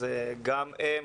גם הם,